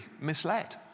misled